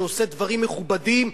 שעושה דברים מכובדים,